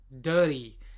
dirty